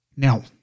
Now